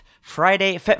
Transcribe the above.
Friday